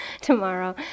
tomorrow